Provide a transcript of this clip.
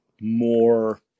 more